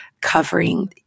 covering